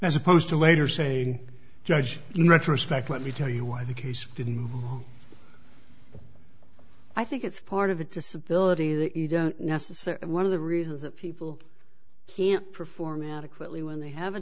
as opposed to later saying judge you retrospect let me tell you why the case didn't move i think it's part of the disability that you don't necessarily one of the reasons that people can't perform adequately when they have a